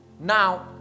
Now